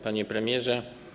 Panie Premierze!